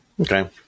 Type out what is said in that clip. okay